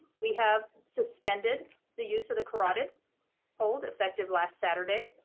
we have suspended the use of the carotid hold, effective last saturday,